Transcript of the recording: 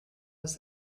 was